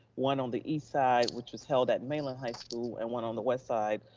one on the east side, which was held at mainland high school and one on the west side,